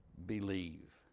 believe